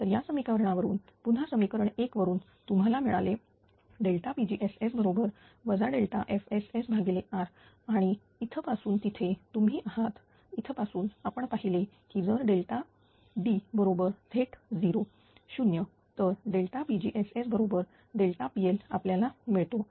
तर या समीकरण वरून पुन्हा समीकरण एक वरून तुम्हाला मिळालेpgss बरोबर FSSR आणि आणि इथपासून तिथे तुम्ही आहात इथपासून आपण पाहिले की जर D बरोबर थेट 0 तर pgss बरोबर pL आपल्याला मिळतो